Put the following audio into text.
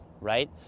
right